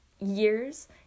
years